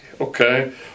okay